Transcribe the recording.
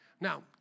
Now